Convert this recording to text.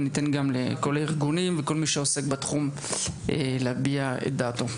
וניתן גם לכל הארגונים ולכל מי שעוסק בתחום להביע את דעתו.